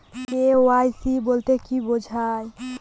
KYC বলতে কি বোঝায়?